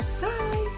Bye